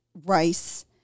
rice